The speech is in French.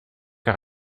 car